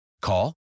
Call